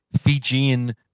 Fijian